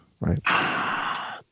right